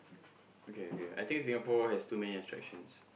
okay okay I think Singapore has too many attractions